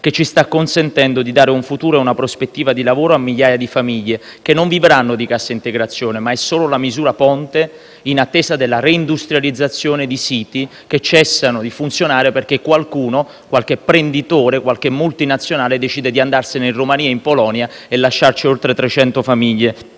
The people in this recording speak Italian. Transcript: che ci sta consentendo di dare un futuro e una prospettiva di lavoro a migliaia di famiglie che non vivranno di cassa integrazione. Si tratta, infatti, solo di una misura ponte in attesa della reindustrializzazione di siti che cessano di funzionare perché qualcuno, qualche prenditore, qualche multinazionale decide di andarsene in Romania o in Polonia e di lasciare oltre 300 famiglie